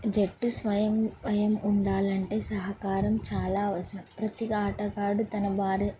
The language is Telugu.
జట్టు స్వయం వయం ఉండాలంటే సహకారం చాలా అవసరం ప్రతి ఆటగాడు తన వారి